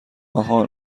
آهان